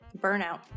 burnout